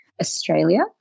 Australia